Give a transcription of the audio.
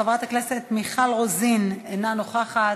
חברת הכנסת מיכל רוזין, אינה נוכחת,